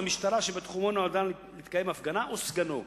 מפקד המשטרה שבתחומו נועדה להתקיים הפגנה או סגנו,